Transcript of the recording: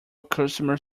customer